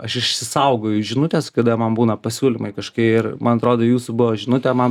aš išsisaugoju žinutes kada man būna pasiūlymai kažkokie ir man atrodo jūsų buvo žinutė man